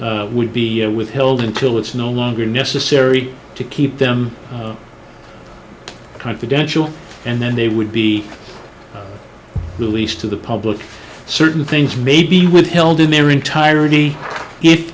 would be withheld until it's no longer necessary to keep them confidential and then they would be released to the public certain things may be withheld in their entire